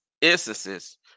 instances